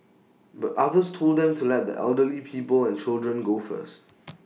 but others told them to let the elderly people and children go first